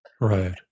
Right